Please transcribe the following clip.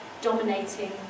dominating